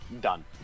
done